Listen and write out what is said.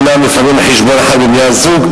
אומנם לפעמים על חשבון אחד מבני-הזוג,